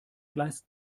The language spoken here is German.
gleis